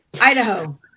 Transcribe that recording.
Idaho